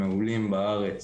מעולים בארץ.